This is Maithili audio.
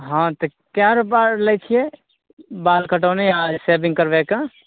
हँ तऽ कए रूपा लै छियै बाल कटौनी आ सेबिंग करबैके